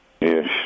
Yes